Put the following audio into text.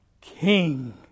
King